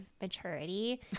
maturity